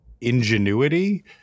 ingenuity